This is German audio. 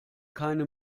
keine